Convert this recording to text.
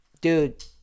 dude